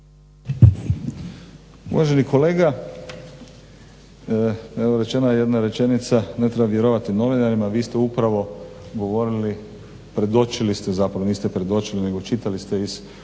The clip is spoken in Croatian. rečena je jedna rečenica, ne treba vjerovati novinarima, vi ste upravo govorili, predočili ste, zapravo niste predočili nego čitali ste iz ugovora